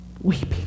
Weeping